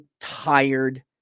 tired